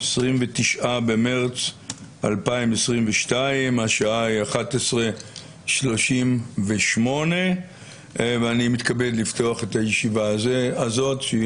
29 במרץ 2022. השעה היא 11:38 ואני מתכבד לפתוח את הישיבה הזאת שהיא